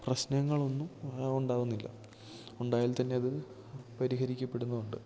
പ്രശ്നങ്ങളൊന്നും ഉണ്ടാവുന്നില്ല ഉണ്ടായാൽത്തന്നെ അത് പരിഹരിക്കപ്പെടുന്നുമുണ്ട്